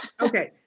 Okay